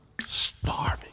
starving